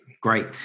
Great